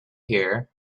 here